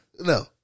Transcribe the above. No